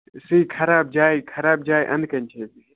سُے خراب جایہِ خراب جایہِ اَنٛدٕ کَنہِ چھِ أسۍ بِہِتھ